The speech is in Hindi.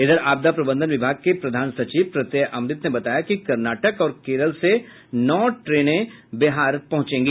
इधर आपदा प्रबंधन विभाग के प्रधान सचिव प्रत्यय अमृत ने बताया कि कर्नाटक और केरल से नौ ट्रेन बिहार पहुंचेगी